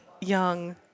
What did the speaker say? young